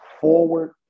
forward